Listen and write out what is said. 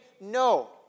no